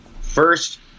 first